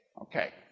Okay